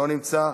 לא נמצא.